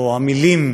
או המילים,